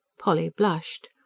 polly blushed.